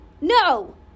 No